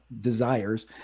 desires